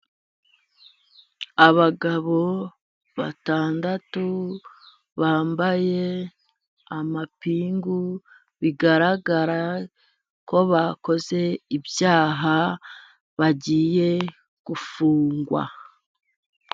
Abagabo batandatu bambaye amapingu, bigaragara ko bakoze ibyaha, bagiye gufungwa.